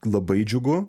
labai džiugu